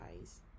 eyes